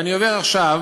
ואני עובר עכשיו